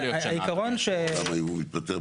זה העיקרון ש --- זה לא יכול להיות שנה,